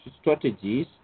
strategies